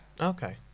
Okay